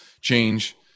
change